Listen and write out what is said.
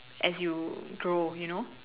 as you grow you know